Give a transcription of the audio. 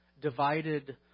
divided